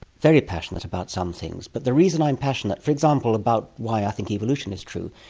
very passionate about some things, but the reason i'm passionate, for example, about why i think evolution is true,